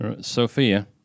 Sophia